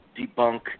debunk